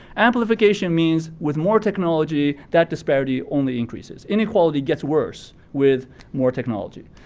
amplification means with more technology, that disparity only increases. inequality gets worst with more technology.